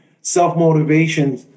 self-motivation